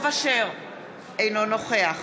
אינו נוכח